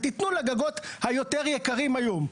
ותיתנו לגגות היותר יקרים היום.